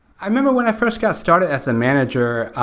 i remember when i first got started as a manager,